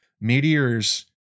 meteors